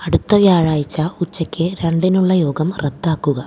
അടുത്ത വ്യാഴായ്ച്ച ഉച്ചയ്ക്ക് രണ്ടിനുള്ള യോഗം റദ്ദാക്കുക